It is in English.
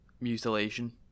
Mutilation